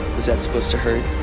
was that supposed to hurt?